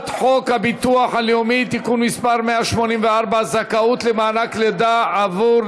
42 בעד, 15 מתנגדים, שבעה נמנעים.